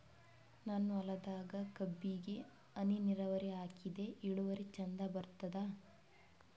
ನನ್ನ ಹೊಲದಾಗ ಕಬ್ಬಿಗಿ ಹನಿ ನಿರಾವರಿಹಾಕಿದೆ ಇಳುವರಿ ಚಂದ ಬರತ್ತಾದ?